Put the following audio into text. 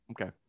Okay